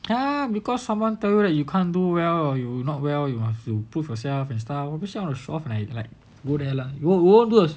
um because someone tell you that you can't do well or you will not well you have to prove yourself and stuff all these kind of show off like like go there like won't won't do the